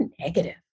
negative